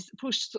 push